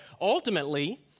ultimately